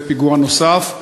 פיגוע נוסף.